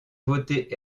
voter